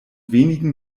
wenigen